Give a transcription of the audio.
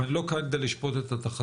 ואני לא כאן כדי לשפוט את התחזיות,